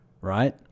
right